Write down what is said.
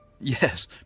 Yes